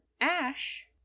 Ash